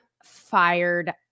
fired